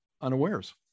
unawares